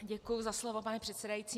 Děkuji za slovo, pane předsedající.